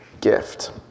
gift